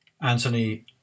Anthony